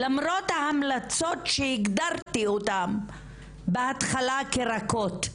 למרות ההמלצות שהגדרתי אותן בהתחלה כרכות.